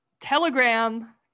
telegram